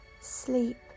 Sleep